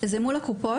זה מול הקופות.